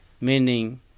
Meaning